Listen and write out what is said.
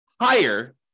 higher